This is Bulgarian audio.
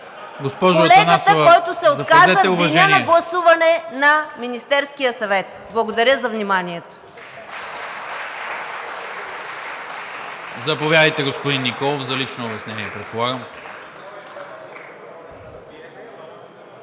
Колегата, който се отказа в деня на гласуване на Министерския съвет. Благодаря за вниманието.